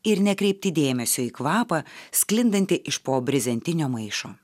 ir nekreipti dėmesio į kvapą sklindantį iš po brezentinio maišo